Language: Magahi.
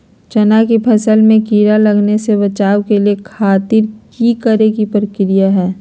चना की फसल में कीड़ा लगने से बचाने के खातिर की करे के चाही?